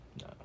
No